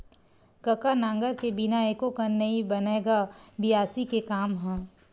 कका नांगर के बिना एको कन नइ बनय गा बियासी के काम ह?